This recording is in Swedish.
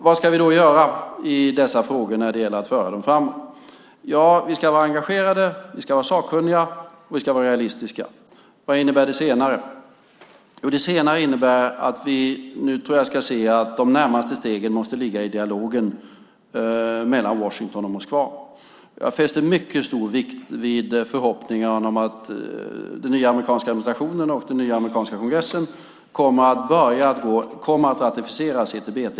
Vad ska vi då göra för att föra dessa frågor framåt? Vi ska vara engagerade, sakkunniga och realistiska. Vad innebär det senare? Jo, det innebär att vi nu ska se att de närmaste stegen måste ligga i dialogen mellan Washington och Moskva. Jag fäster mycket stor vikt vid förhoppningen om att den nya amerikanska administrationen och kongressen kommer att ratificera CTBT.